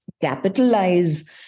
capitalize